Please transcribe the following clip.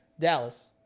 Dallas